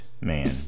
man